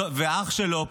ואח שלו,